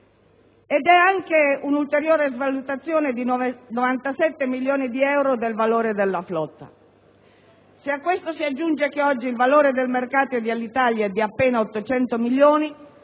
C'è anche un'ulteriore svalutazione di 97 milioni di euro del valore della flotta. Se a questo si aggiunge che oggi il valore di mercato dell'Alitalia è di appena 800 milioni